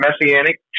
Messianic